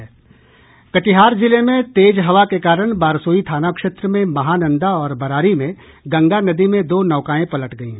कटिहार जिले में तेज हवा के कारण बारसोई थाना क्षेत्र में महानंदा और बरारी में गंगा नदी में दो नौकाएं पलट गयी